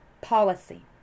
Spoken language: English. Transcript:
policy